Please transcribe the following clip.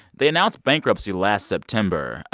they announced bankruptcy last september.